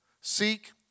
Seek